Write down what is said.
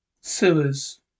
Sewers